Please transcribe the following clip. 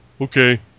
okay